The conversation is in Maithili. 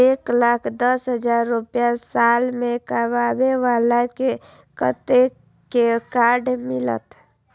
एक लाख दस हजार रुपया साल में कमाबै बाला के कतेक के कार्ड मिलत?